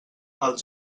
als